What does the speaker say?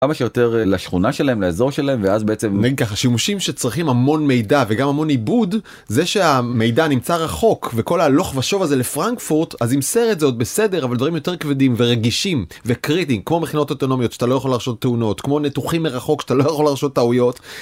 כמה שיותר לשכונה שלהם, לאזור שלהם, ואז בעצם... ככה שימושים שצריכים המון מידע, וגם המון עיבוד, זה שהמידע נמצא רחוק, וכל ההלוך ושוב הזה לפרנקפורט, אז עם סרט זה עוד בסדר אבל דברים יותר כבדים ורגישים וקריטיים כמו מכינות אוטונומיות שאתה לא יכול להרשות תאונות, כמו ניתוחים מרחוק שאתה לא יכול להרשות טעויות,